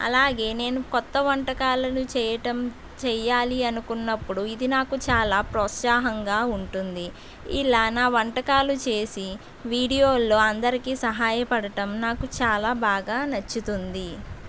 అలాగే నేను కొత్త వంటకాలను చేయటం చెయ్యాలి అనుకున్నపుడు ఇది నాకు చాలా ప్రోత్సాహంగా ఉంటుంది ఇలా నా వంటకాలు చేసి వీడియోలలో అందరికీ సహాయపడటం నాకు చాలా బాగా నచ్చుతుంది